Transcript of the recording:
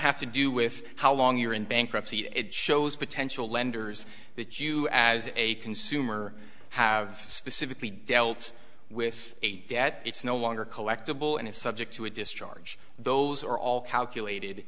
have to do with how long you're in bankruptcy it shows potential lenders that you as a consumer have specifically dealt with a debt it's no longer collectible and is subject to a discharge those are all calculated